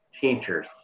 teachers